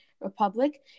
Republic